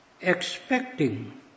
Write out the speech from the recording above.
expecting